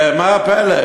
אבל ש"ס כבר, ומה הפלא?